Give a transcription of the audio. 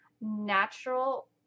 natural